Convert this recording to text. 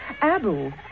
Abu